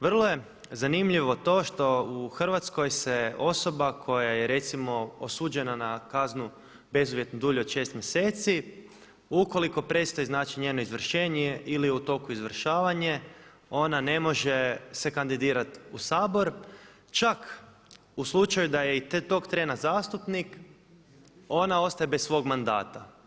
Vrlo je zanimljivo to što u Hrvatskoj se osoba koja je recimo koja je osuđena na kaznu bezuvjetnu dulje od šest mjeseci, ukoliko prestaje njeno izvršenje ili u tok je izvršavanje ona se ne može kandidirati u Sabor, čak u slučaju da je tog trena zastupnik ona ostaje bez svog mandata.